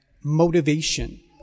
motivation